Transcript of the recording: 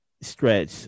stretch